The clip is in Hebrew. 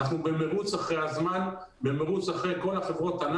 אנחנו במרוץ אחרי הזמן, במרוץ אחרי כל חברות הענק.